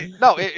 No